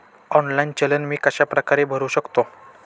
Online चलन मी कशाप्रकारे भरु शकतो?